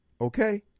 okay